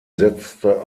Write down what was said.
setzte